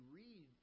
read